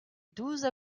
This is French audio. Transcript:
douze